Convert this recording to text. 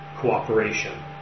cooperation